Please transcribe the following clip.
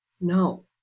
No